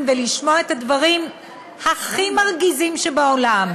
ולשמוע את הדברים הכי מרגיזים שבעולם.